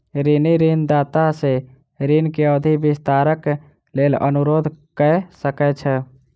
ऋणी ऋणदाता सॅ ऋण के अवधि विस्तारक लेल अनुरोध कय सकै छै